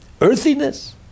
earthiness